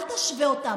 אל תשווה אותם.